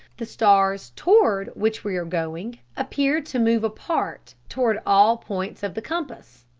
the stars toward which we are going appear to move apart toward all points of the compass,